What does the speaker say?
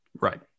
right